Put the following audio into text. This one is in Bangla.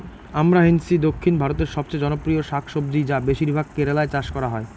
আমরান্থেইসি দক্ষিণ ভারতের সবচেয়ে জনপ্রিয় শাকসবজি যা বেশিরভাগ কেরালায় চাষ করা হয়